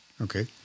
Okay